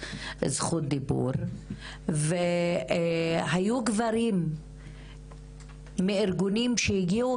זכות דיבור והיו גברים מארגונים שהגיעו,